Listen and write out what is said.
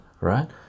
right